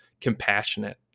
compassionate